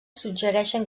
suggereixen